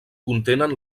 contenen